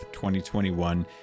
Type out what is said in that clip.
2021